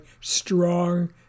strong